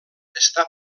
està